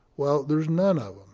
well, there's none of em.